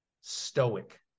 stoic